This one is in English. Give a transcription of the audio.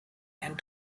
and